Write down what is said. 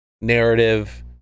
narrative